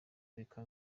reka